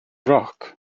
roc